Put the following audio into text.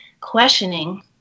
questioning